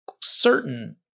certain